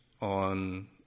on